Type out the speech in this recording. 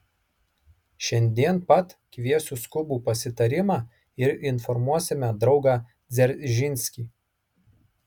šiandien pat kviesiu skubų pasitarimą ir informuosime draugą dzeržinskį